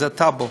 זה טבו.